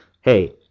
hey